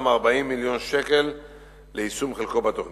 מ-40 מיליון שקל ליישום חלקו בתוכנית.